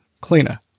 cleaner